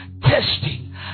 Testing